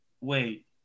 wait